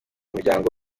muryango